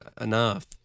enough